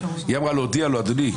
היא אמרה להודיע לו: אדוני,